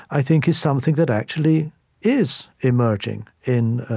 i think, is something that actually is emerging in,